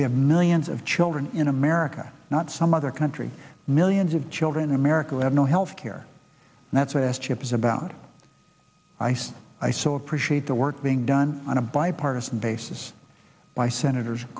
we have millions of children in america not some other country millions of children in america who have no health care and that's what this chip is about ice i saw appreciate the work being done on a bipartisan basis by senators